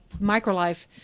Microlife